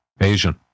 Asian